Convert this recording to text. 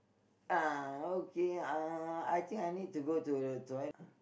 uh okay uh I think I need to go to the toi~